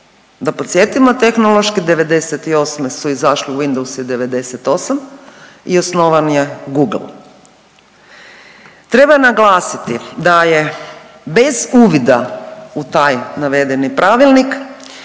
Da podsjetimo, tehnološki '98. su izašli Windowsi '98. i osnovan je Google. Treba naglasiti da je bez uvida u taj navedeni pravilnik